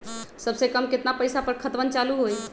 सबसे कम केतना पईसा पर खतवन चालु होई?